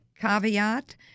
caveat